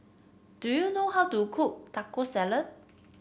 do you know how to cook Taco Salad